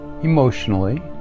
emotionally